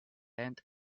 and